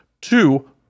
Two